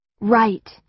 Right